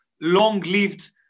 long-lived